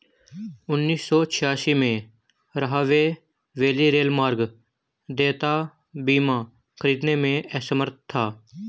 उन्नीस सौ छियासी में, राहवे वैली रेलमार्ग देयता बीमा खरीदने में असमर्थ था